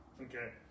Okay